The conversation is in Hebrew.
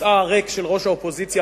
כיסאה הריק של ראש האופוזיציה,